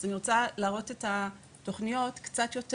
אני רוצה להראות את התוכניות קצת יותר